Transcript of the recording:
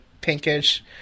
pinkish